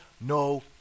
no